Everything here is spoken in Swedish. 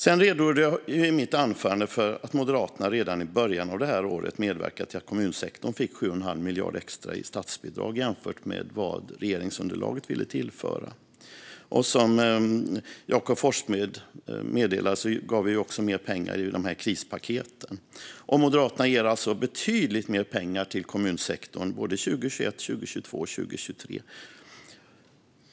Jag redogjorde i mitt anförande för att Moderaterna redan i början av detta år medverkade till att kommunsektorn fick 7 1⁄2 miljard extra i statsbidrag jämfört med vad regeringsunderlaget ville tillföra. Som Jakob Forssmed meddelade gav vi också mer pengar i krispaketen. Och Moderaterna ger alltså betydligt mer pengar till kommunsektorn 2021, 2022 och 2023.